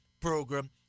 program